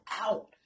out